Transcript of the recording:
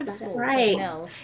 right